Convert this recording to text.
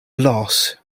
loss